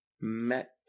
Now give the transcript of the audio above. met